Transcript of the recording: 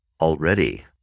already